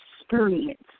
experience